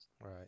Right